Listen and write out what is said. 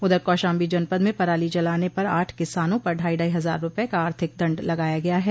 उधर कौशाम्बी जनपद में पराली जलाने पर आठ किसानों पर ढाई ढाई हजार रूपये का आर्थिक दण्ड लगाया गया है